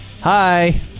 Hi